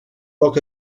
poc